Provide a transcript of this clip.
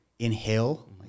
inhale